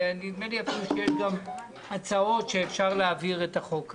ונדמה לי אפילו שיש גם הצעות שאפשר להעביר את החוק הזה.